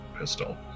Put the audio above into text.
pistol